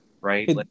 right